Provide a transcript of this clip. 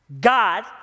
God